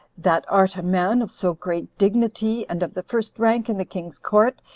that art a man of so great dignity, and of the first rank in the king's court,